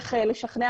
קשה להתייחס כך לעמדה,